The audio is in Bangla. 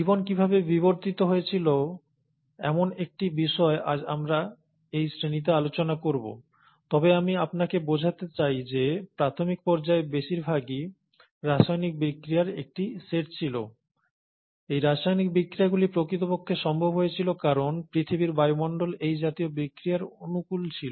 জীবন কিভাবে বিবর্তিত হয়েছিল এমন একটি বিষয় আজ আমরা এই শ্রেণিতে আলোচনা করব তবে আমি আপনাকে বোঝাতে চাই যে প্রাথমিক পর্যায়ে বেশিরভাগই রাসায়নিক বিক্রিয়ার একটি সেট ছিল এই রাসায়নিক বিক্রিয়াগুলি প্রকৃতপক্ষে সম্ভব হয়েছিল কারণ পৃথিবীর বায়ুমণ্ডল এই জাতীয় বিক্রিয়ার অনুকূল ছিল